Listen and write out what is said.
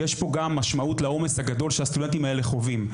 יש פה גם משמעות לעומס הגדול שהסטודנטים האלה חווים.